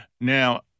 Now